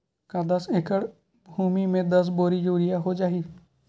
का दस एकड़ भुमि में दस बोरी यूरिया हो जाही?